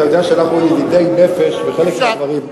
אתה יודע שאנחנו ידידי נפש בחלק מן הדברים.